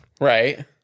Right